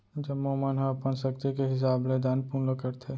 जम्मो मन ह अपन सक्ति के हिसाब ले दान पून ल करथे